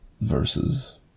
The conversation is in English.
Versus